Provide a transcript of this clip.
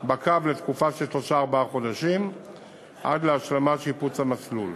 בקו לתקופה של שלושה-ארבעה חודשים עד להשלמת שיפוץ המסלול.